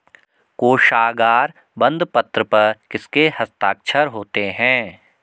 कोशागार बंदपत्र पर किसके हस्ताक्षर होते हैं?